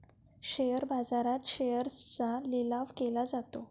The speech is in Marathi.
शेअर बाजारात शेअर्सचा लिलाव केला जातो